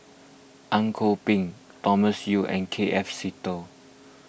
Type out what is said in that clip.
Ang Kok Peng Thomas Yeo and K F Seetoh